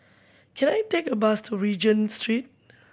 can I take a bus to Regent Street